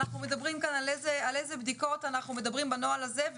אנחנו מדברים כאן על איזה בדיקות אנחנו מדברים בנוהל הזה.